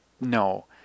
no